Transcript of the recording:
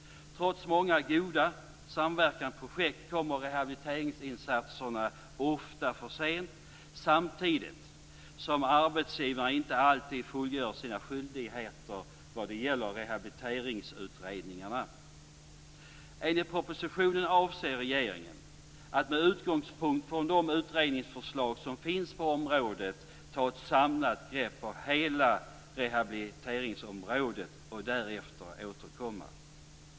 Trots många goda samverkansprojekt kommer rehabiliteringsinsatserna ofta för sent samtidigt som arbetsgivarna inte alltid fullgör sina skyldigheter vad gäller rehabiliteringsutredningar. Enligt propositionen avser regeringen att med utgångspunkt i de utredningsförslag som finns på området ta ett samlat grepp på hela rehabiliteringsområdet och därefter återkomma.